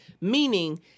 meaning